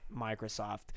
Microsoft